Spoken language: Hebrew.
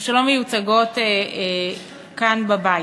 שלא מיוצגות כאן בבית,